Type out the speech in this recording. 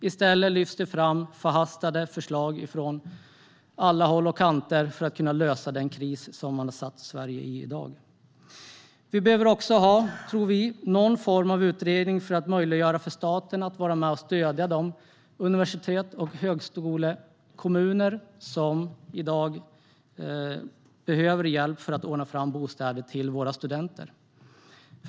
I stället lyfts förhastade förslag fram från alla håll och kanter för att kunna lösa den kris som man har försatt Sverige i. Vi tror också att det behövs någon form av utredning för att möjliggöra för staten att vara med och stödja de universitets och högskolekommuner som i dag behöver hjälp att ordna fram bostäder till våra studenter.